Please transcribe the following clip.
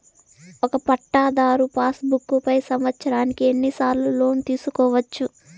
ఒక పట్టాధారు passbook పై సంవత్సరానికి ఎన్ని సార్లు లోను తీసుకోవచ్చు?